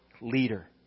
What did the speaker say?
leader